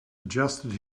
adjusted